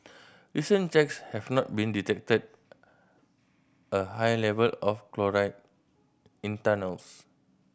recent checks have not been detected a high level of chloride in tunnels